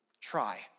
Try